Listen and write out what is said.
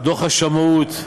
דוח השמאות,